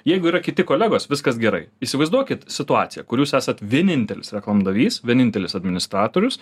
jeigu yra kiti kolegos viskas gerai įsivaizduokit situaciją kur jūs esat vienintelis reklamdavys vienintelis administratorius